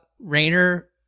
rainer